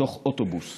באוטובוס